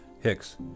hicks